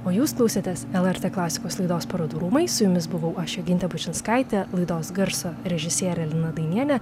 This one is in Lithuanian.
o jūs klausėtės lrt klasikos laidos parodų rūmai su jumis buvau aš jogintė bučinskaitė laidos garso režisierė lina dainienė